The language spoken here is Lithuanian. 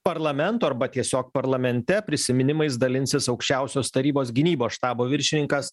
parlamento arba tiesiog parlamente prisiminimais dalinsis aukščiausios tarybos gynybos štabo viršininkas